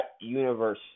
universe